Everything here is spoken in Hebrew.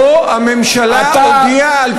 שבו הממשלה הודיעה על תמיכתה בהצעת החוק.